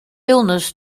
illness